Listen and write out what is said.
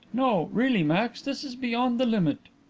no, really, max, this is beyond the limit!